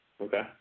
Okay